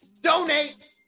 donate